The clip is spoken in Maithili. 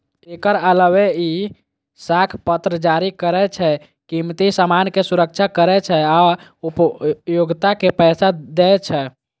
एकर अलावे ई साख पत्र जारी करै छै, कीमती सामान के सुरक्षा करै छै आ उपभोक्ता के पैसा दै छै